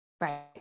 Right